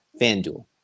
FanDuel